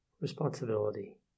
responsibility